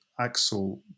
Axel